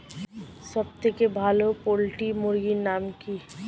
সবথেকে ভালো পোল্ট্রি মুরগির নাম কি?